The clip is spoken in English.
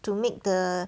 to make the